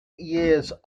years